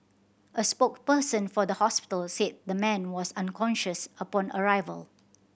a spokesperson for the hospital said the man was unconscious upon arrival